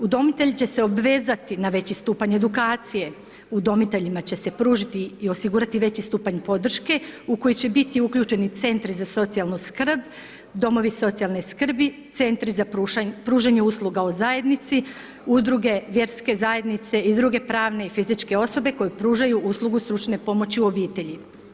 Udomitelj će se obvezati na veći stupanj edukacije, udomiteljima će se pružiti i osigurati veći stupanj podrške u koji će biti uključeni centri za socijalnu skrb, domovi socijalne skrbi, centri za pružanje usluga u zajednici, udruge, vjerske zajednice i druge pravne i fizičke osobe koje pružaju uslugu stručne pomoći obitelji.